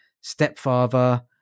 stepfather